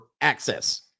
access